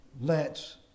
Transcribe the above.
lets